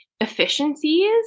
efficiencies